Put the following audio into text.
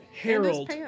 Harold